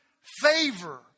favor